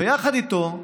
ויחד איתו,